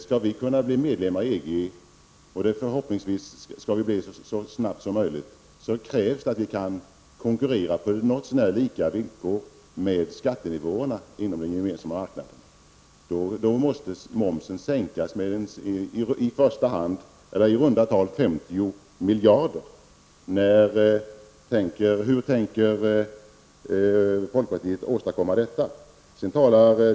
Skall vi kunna bli medlemmar i EG -- vilket jag hoppas att vi blir så snart som möjligt -- krävs det att vi kan konkurrera på något så när lika villkor med skattenivåerna inom den gemensamma marknaden. Då måste momsen sänkas med i runt tal 50 miljarder. Hur tänker folkpartiet åstadkomma detta?